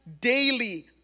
daily